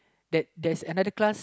that there's another class